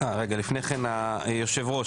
אה רגע לפני כן היושב ראש,